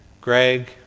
Greg